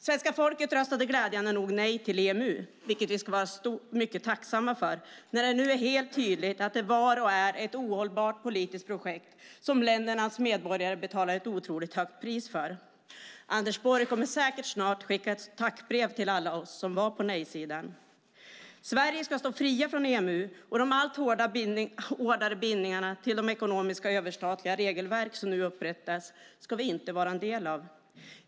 Svenska folket röstade glädjande nog nej till EMU, vilket vi ska vara mycket tacksamma för, när det nu är helt tydligt att det var och är ett ohållbart politiskt projekt som ländernas medborgare betalar ett otroligt högt pris för. Anders Borg kommer säkert snart att skicka ett tackbrev till alla oss som var på nej-sidan. Sverige ska stå fri från EMU, och de allt hårdare bindningarna till de ekonomiska överstatliga regelverk som nu upprättas ska vi inte vara en del av.